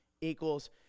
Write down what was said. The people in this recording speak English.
equals